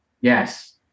Yes